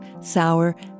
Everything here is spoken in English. sour